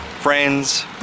friends